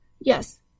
Yes